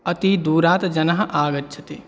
अति दूरात् जनाः आगच्छन्ति